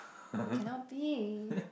it cannot be